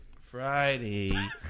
friday